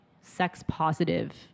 sex-positive